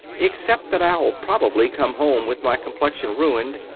except that i'll probably come home with my complexion ruined.